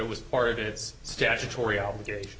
it was part of its statutory obligation